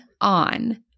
on